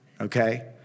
okay